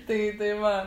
tai tai va